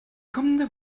kommende